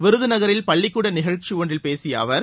விருதுநகரில் பள்ளிக்கூட நிகழ்ச்சி ஒன்றில் பேசிய அவர்